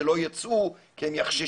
שלא יצאו להפגין כי הם יחששו,